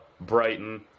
Brighton